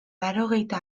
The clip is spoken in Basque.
laurogeita